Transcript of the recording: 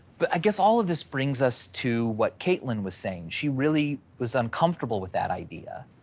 but i guess all of this brings us to what caitlin was saying, she really was uncomfortable with that idea.